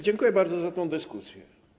Dziękuję bardzo za tę dyskusję.